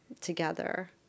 together